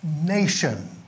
nation